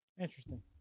interesting